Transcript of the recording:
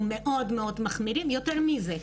מאוד מאוד מחמירים ואפילו יותר מזה,